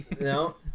No